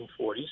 1940s